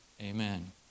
Amen